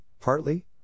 partly